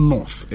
North